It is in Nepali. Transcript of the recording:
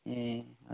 ए हजुर